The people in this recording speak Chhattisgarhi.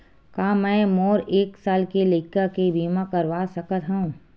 का मै मोर एक साल के लइका के बीमा करवा सकत हव?